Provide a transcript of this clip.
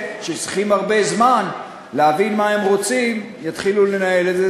שצריכים הרבה זמן להבין מה הם רוצים יתחילו לנהל את זה.